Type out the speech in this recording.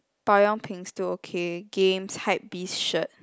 bao yang ping still okay games hypebeast shirt